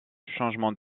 changement